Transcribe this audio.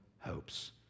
hopes